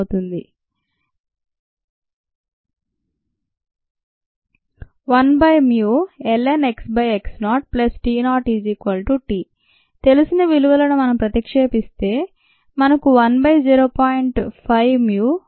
1ln xx0t0t తెలిసిన విలువలను మనం ప్రతిక్షేపిస్తే మనకు 1 బై 0